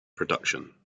production